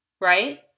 right